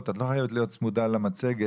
את לא חייבת להיות צמודה למצגת,